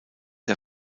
der